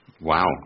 Wow